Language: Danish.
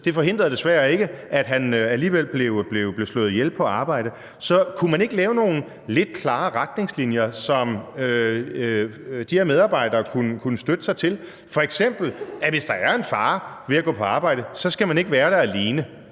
Det forhindrede desværre ikke, at han alligevel blev slået ihjel på arbejdet. Så kunne man ikke lave nogle lidt klarere retningslinjer, som de her medarbejdere kunne støtte sig til, f.eks. at hvis der er en fare ved at gå på arbejde, skal man ikke være der alene